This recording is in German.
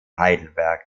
heidelberg